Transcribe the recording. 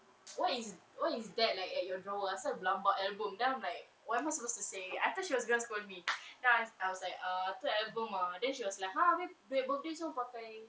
what is what is that like at your drawer so berlambak album then I'm like what am I supposed to say I thought she was going to scold me then I I was like ah tu album ah then she was like ah duit birthday semua pakai